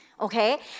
okay